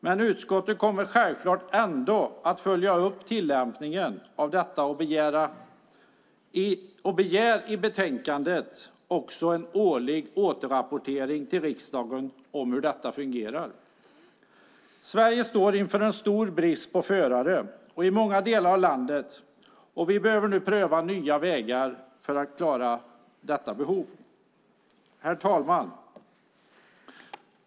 Men utskottet kommer självfallet ändå att följa upp tillämpningen av detta och begär i betänkandet en årlig återrapportering till riksdagen om hur detta fungerar. Sverige står inför en stor brist på förare i många delar av landet. Vi behöver nu pröva nya vägar för att klara detta behov. Herr talman!